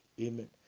Amen